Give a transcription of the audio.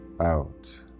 out